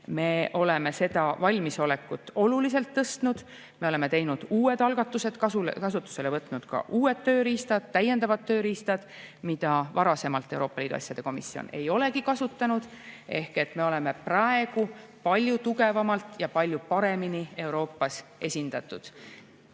me oleme seda valmisolekut oluliselt tõstnud. Me oleme teinud uued algatused, kasutusele võtnud ka uued tööriistad, täiendavad tööriistad, mida Euroopa Liidu asjade komisjon ei olegi varem kasutanud. Ehk me oleme praegu palju tugevamalt ja palju paremini Euroopas esindatud.